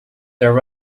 there